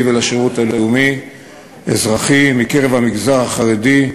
ולשירות הלאומי-אזרחי מקרב המגזר החרדי,